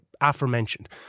aforementioned